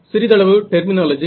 சிறிதளவு டெர்மினாலஜி